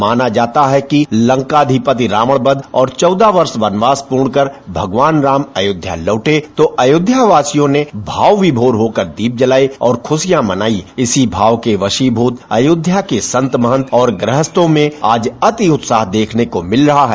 माना जाता है कि लंकाधिपति रावन बध और चौदह वर्ष बनवास पूर्ण कर भगवान राम अयोध्या लौटे तो अयोध्या वासियों ने भाव विभोर होकर दीप जलाये और खुशियाँ मनायी इसी भाव के वशीभूत अयोध्या के संत महंत और गृहस्थों में आज अतिउत्साह देखने को मिल रहा है